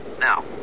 Now